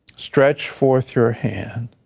stretch forth your hand.